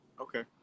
Okay